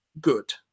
good